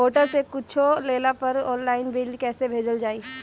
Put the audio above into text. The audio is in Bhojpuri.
होटल से कुच्छो लेला पर आनलाइन बिल कैसे भेजल जाइ?